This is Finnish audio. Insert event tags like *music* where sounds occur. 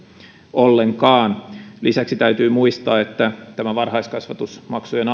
ollenkaan lisäksi täytyy muistaa että jos tätä varhaiskasvatusmaksujen *unintelligible*